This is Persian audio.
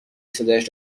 صدایش